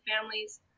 families